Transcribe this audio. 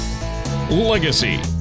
Legacy